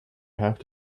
have